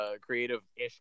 creative-ish